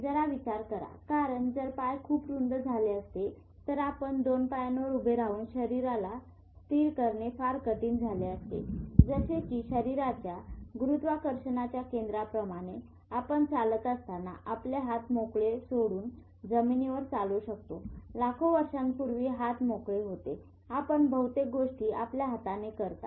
जरा विचार करा कारण जर पाय खूप रुंद झाले असते तर दोन पायांवर उभे राहून शरीराला स्थिर करणे फार कठीण झाले असते जसे की शरीराच्या गुरुत्वाकर्षणाच्या केंद्राप्रमाणे आपण चालत असताना आपले हात मोकळे हात सोडून जमिनीवर चालू शकतो लाखो वर्षांपूर्वी हात मोकळे होते आपण बहुतेक गोष्टी आपल्या हाताने करता